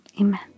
Amen